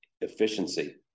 efficiency